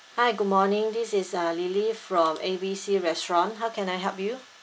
hi good morning this is uh lily from A B C restaurant how can I help you